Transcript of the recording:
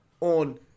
on